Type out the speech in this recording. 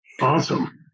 awesome